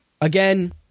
Again